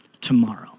tomorrow